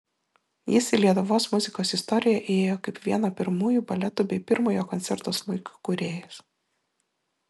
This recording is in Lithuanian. jis į lietuvos muzikos istoriją įėjo kaip vieno pirmųjų baletų bei pirmojo koncerto smuikui kūrėjas